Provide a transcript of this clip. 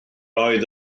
oedd